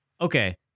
Okay